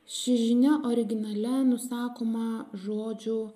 ši žinia originale nusakoma žodžiu